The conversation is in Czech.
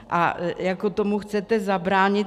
A jako tomu chcete zabránit?